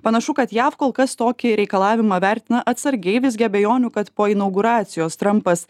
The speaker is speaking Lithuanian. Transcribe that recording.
panašu kad jav kol kas tokį reikalavimą vertina atsargiai visgi abejonių kad po inauguracijos trampas